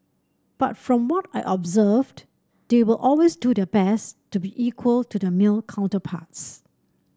but from what I observed they will always do their best to be equal to their male counterparts